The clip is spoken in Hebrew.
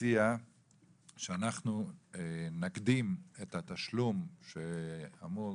הציע שאנחנו נקדים את התשלום שאמור